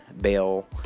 Bell